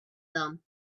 them